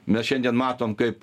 mes šiandien matom kaip